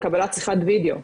לקבלת שיחת וידאו.